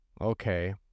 okay